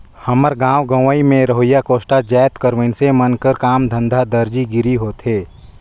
हमर गाँव गंवई में रहोइया कोस्टा जाएत कर मइनसे मन कर काम धंधा दरजी गिरी होथे